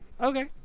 Okay